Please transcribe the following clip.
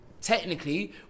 technically